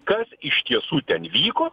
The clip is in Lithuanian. kas iš tiesų ten vyko